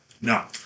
No